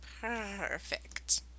perfect